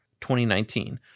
2019